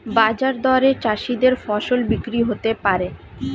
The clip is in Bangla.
বাজার দরে চাষীদের ফসল বিক্রি হতে পারে